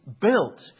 built